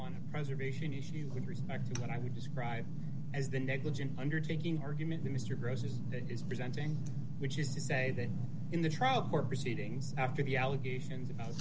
on a reservation issue with respect to what i would describe as the negligent undertaking argument mr gross's that is presenting which is to say that in the trial court proceedings after the allegations about